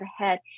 ahead